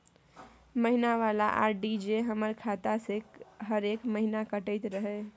महीना वाला आर.डी जे हमर खाता से हरेक महीना कटैत रहे?